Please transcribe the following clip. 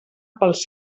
pels